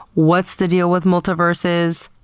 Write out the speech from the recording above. what's the deal with multiverses?